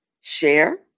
share